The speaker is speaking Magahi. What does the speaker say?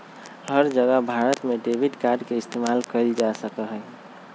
हर जगह भारत में डेबिट कार्ड के इस्तेमाल कइल जा सका हई